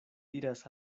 diras